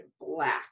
black